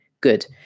good